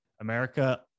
America